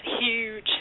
huge